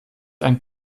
ein